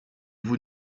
vous